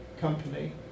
company